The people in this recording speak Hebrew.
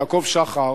יעקב שחר,